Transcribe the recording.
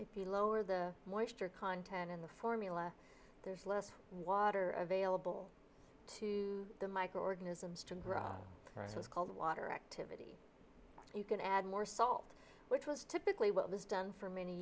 you lower the moisture content in the formula there's less water available to the microorganisms to grow rice was called water activity you can add more salt which was typically what was done for many